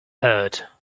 heard